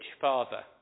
father